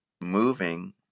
moving